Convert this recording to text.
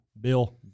Bill